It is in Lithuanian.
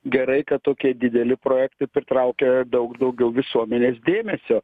gerai kad tokie dideli projektai pritraukia daug daugiau visuomenės dėmesio